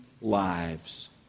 lives